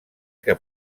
que